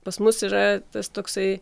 pas mus yra tas toksai